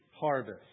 harvest